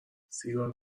سیگار